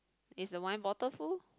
is the wine bottle full